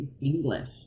English